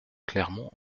clermont